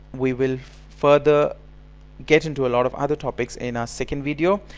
we will further get into a lot of other topics in our second video.